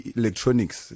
electronics